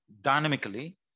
dynamically